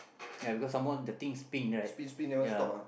ya because some more the thing spin right ya